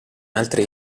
altre